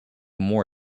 more